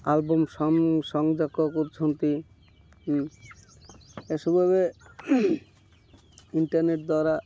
album ସଂଯକ କରୁଛନ୍ତି ଏସବୁ ଭାବେ ଇଣ୍ଟରନେଟ୍ ଦ୍ୱାରା